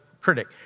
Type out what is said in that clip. critic